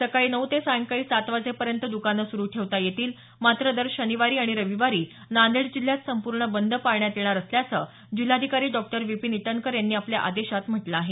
सकाळी नऊ ते सायंकाळी सात वाजेपर्यंत द्कानं सुरू ठेवता येतील मात्र दर शनिवारी आणि रविवारी नांदेड जिल्ह्यात संपूर्ण बंद पाळण्यात येणार असल्याचं जिल्हाधिकारी डॉ विपिन ईटनकर यांनी आपल्या आदेशात म्हटलं आहे